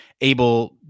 able